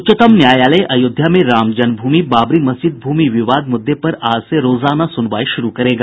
उच्चतम न्यायालय अयोध्या में राम जन्म भूमि बाबरी मस्जिद भूमि विवाद मुद्दे पर आज से रोजाना सुनवाई शुरू करेगा